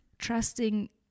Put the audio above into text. trusting